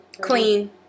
Clean